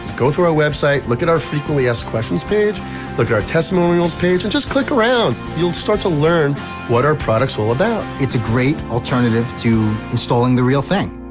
go through our website look at our frequently asked questions page look at our testimonials page and just click around you'll start to learn what our products are all about. it's a great alternative to installing the real thing